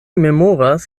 memoras